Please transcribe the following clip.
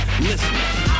Listen